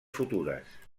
futures